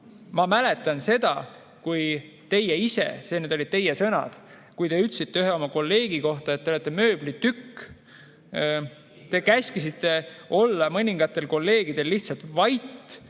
ma mäletan seda, kui teie ise – need olid teie sõnad – ütlesite ühe oma kolleegi kohta, et te olete mööblitükk. Te käskisite mõningatel kolleegidel lihtsalt vait